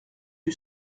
rue